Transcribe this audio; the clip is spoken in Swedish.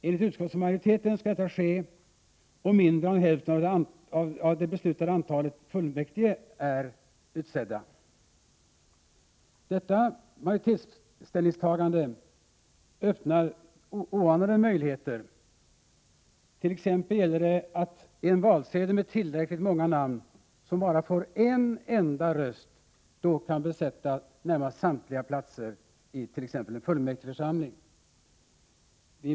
Enligt utskottsmajoriteten skall detta ske om mindre än hälften av det beslutade antalet fullmäktige är utsedd. Detta ställningstagande av majoriteten öppnar oanade möjligheter. Om t.ex. en valsedel upptar tillräckligt många namn som bara får en enda röst kan de besätta närmast samtliga platser i en fullmäktigeförsamling.